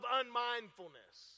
unmindfulness